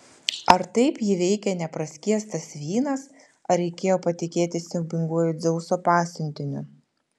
ar taip jį veikė nepraskiestas vynas ar reikėjo patikėti siaubinguoju dzeuso pasiuntiniu